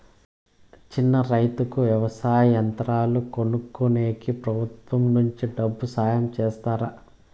చిన్న రైతుకు వ్యవసాయ యంత్రాలు కొనుక్కునేకి ప్రభుత్వం నుంచి డబ్బు సహాయం చేస్తారా?